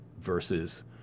versus